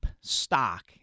stock